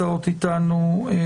נושא שבתקופת הקורונה הוא הוסדר,